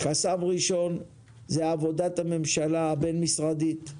חסם ראשון זה עבודת הממשלה הבין-משרדית,